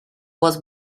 was